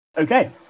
Okay